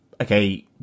okay